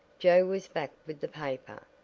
joe was back with the paper,